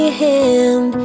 hand